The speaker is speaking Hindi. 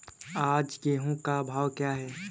आज गेहूँ का भाव क्या है?